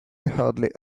hardly